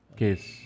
case